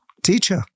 Teacher